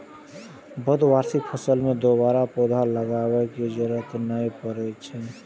बहुवार्षिक फसल मे दोबारा पौधा लगाबै के जरूरत नै पड़ै छै